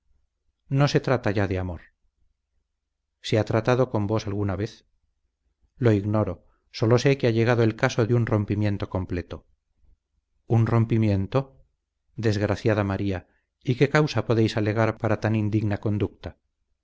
no se trata ya de amor se ha tratado con vos alguna vez lo ignoro sólo sé que ha llegado el caso de un rompimiento completo un rompimiento desgraciada maría y qué causa podréis alegar para tan indigna conducta